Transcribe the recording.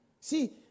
See